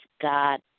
God